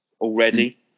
already